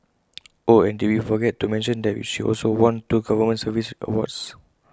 oh and did we forget to mention that she also won two government service awards